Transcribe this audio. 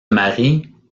marie